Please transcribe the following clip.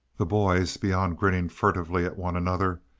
the boys, beyond grinning furtively at one another,